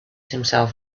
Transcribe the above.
himself